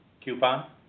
Coupon